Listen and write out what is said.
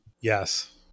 yes